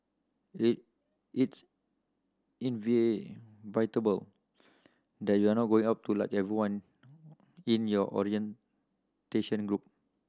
it it's inevitable that you're not going up to like everyone in your orientation group